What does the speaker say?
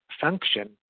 function